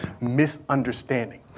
misunderstanding